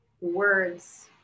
Words